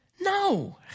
No